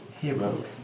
Hero